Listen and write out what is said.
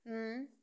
अँ